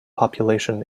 population